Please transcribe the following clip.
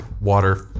water